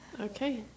Okay